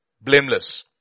Blameless